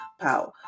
power